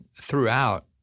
throughout